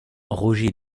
roger